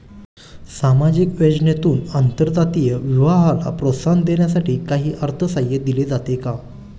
सामाजिक योजनेतून आंतरजातीय विवाहाला प्रोत्साहन देण्यासाठी काही अर्थसहाय्य दिले जाते का?